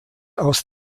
aus